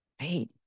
right